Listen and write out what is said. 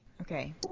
Okay